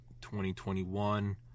2021